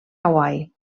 hawaii